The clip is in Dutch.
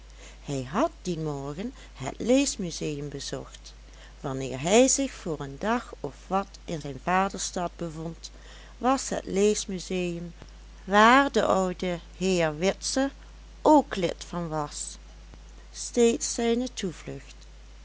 hij had dien morgen het leesmuseum bezocht wanneer hij zich voor een dag of wat in zijn vaderstad bevond was het leesmuseum waar de oude heer witse ook lid van was steeds zijne toevlucht